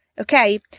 Okay